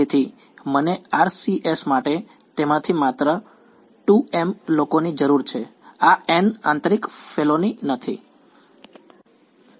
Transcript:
તેથી મને RCS માટે તેમાંથી માત્ર 2m લોકોની જરૂર છે આ n આંતરિક ફેલોની નહીં